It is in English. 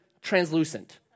translucent